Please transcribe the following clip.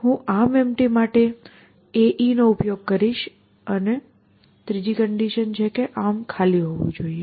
હું ArmEmpty માટે આ AE નો ઉપયોગ કરીશ અને આર્મ ખાલી હોવો જોઈએ